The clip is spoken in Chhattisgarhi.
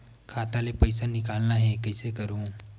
खाता ले पईसा निकालना हे, कइसे करहूं?